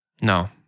No